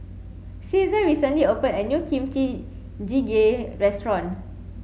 Caesar recently opened a new Kimchi Jjigae restaurant